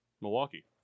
Milwaukee